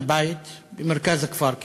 הבית כמעט במרכז הכפר.